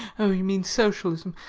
oh, you mean socialism.